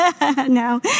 No